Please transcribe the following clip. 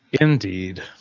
Indeed